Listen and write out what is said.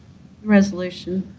resolution.